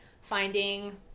finding